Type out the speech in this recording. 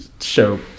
show